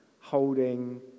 holding